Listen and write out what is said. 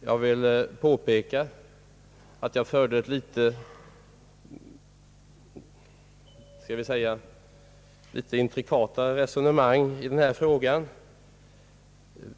Jag vill påpeka att jag förde ett litet intrikatare resonemang i denna fråga.